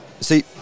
See